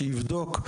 שיבדוק,